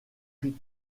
plus